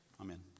Amen